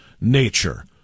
nature